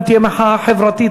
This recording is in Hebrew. אם תהיה מחאה חברתית,